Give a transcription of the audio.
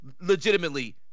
Legitimately